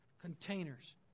Containers